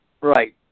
Right